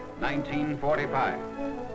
1945